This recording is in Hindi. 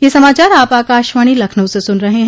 ब्रे क यह समाचार आप आकाशवाणी लखनऊ से सुन रहे हैं